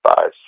five